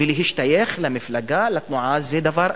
ולהשתייך למפלגה, לתנועה, זה דבר אחר.